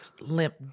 limp